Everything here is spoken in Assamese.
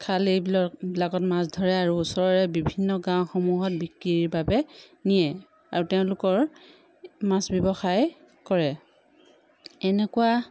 খাল এইবিলাক বিলাকত মাছ ধৰে আৰু ওচৰৰে বিভিন্ন গাঁওসমূহত বিক্ৰীৰ বাবে নিয়ে আৰু তেওঁলোকৰ মাছ ব্যৱসায় কৰে এনেকুৱা